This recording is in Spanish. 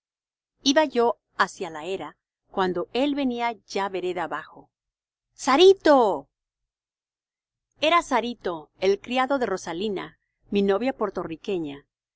iba yo hacia la era cuando él venía ya vereda abajo sarito era sarito el criado de rosalina mi novia portorriqueña